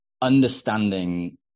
understanding